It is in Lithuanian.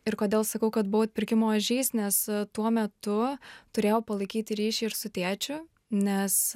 ir kodėl sakau kad buvau atpirkimo ožys nes tuo metu turėjau palaikyti ryšį ir su tėčiu nes